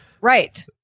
Right